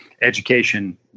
education